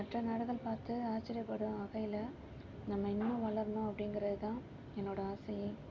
மற்ற நாடுகள் பார்த்து ஆச்சரியப்படும் வகையில நம்ம இன்னும் வளரணும் அப்படிங்கிறதான் என்னோட ஆசையே